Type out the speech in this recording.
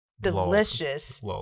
delicious